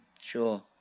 sure